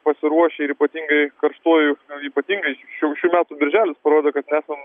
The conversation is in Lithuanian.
pasiruošę ir ypatingai karštuoju ypatingai šių šių metų birželis parodė kad esam